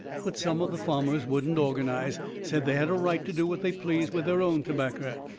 but some of the farmers wouldn't organize said they had a right to do what they pleased with their own tobaccer.